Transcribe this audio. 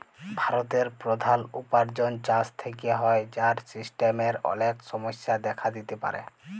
ভারতের প্রধাল উপার্জন চাষ থেক্যে হ্যয়, যার সিস্টেমের অলেক সমস্যা দেখা দিতে পারে